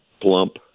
plump